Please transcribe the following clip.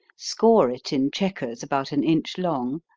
score it in checkers, about an inch long,